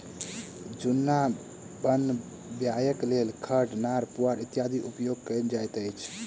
जुन्ना बनयबाक लेल खढ़, नार, पुआर इत्यादिक उपयोग कयल जाइत अछि